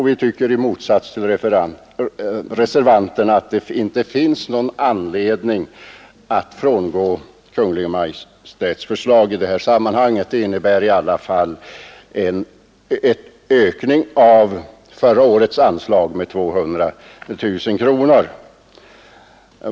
Vi tycker i motsats till reservanterna att det inte finns någon anledning att frångå Kungl. Maj:ts förslag i detta sammanhang. Det innebär i alla fall en ökning av förra årets anslag med 200 000 kronor.